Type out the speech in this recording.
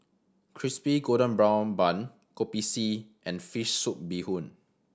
Crispy Golden Brown Bun Kopi C and fish soup bee hoon